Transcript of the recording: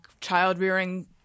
child-rearing